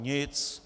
Nic!